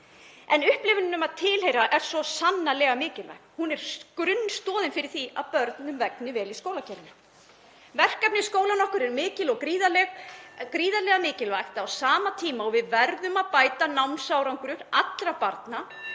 En upplifunin að tilheyra er svo sannarlega mikilvæg. Hún er grunnstoðin fyrir því að börnum vegni vel í skólakerfinu. Verkefni skólanna okkur eru mikil og það er gríðarlega mikilvægt að á sama tíma og við verðum að bæta námsárangur allra barna